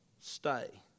stay